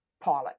pilot